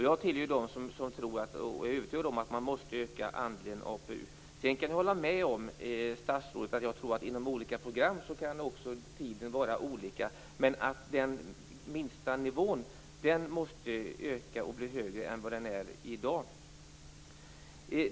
Jag tillhör dem som är övertygade om att man måste öka andelen APU. Sedan kan jag hålla med statsrådet om att tiden inom olika program kan vara olika. Men den minsta nivån måste öka och bli högre än vad den är i dag.